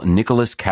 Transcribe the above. Nicholas